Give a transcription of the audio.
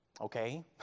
Okay